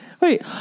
Wait